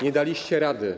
Nie daliście rady.